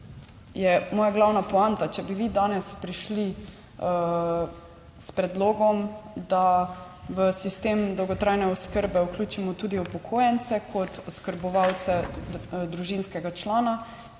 moja glavna poanta. Če bi vi danes prišli s predlogom, da v sistem dolgotrajne oskrbe vključimo tudi upokojence kot oskrbovance družinskega člana,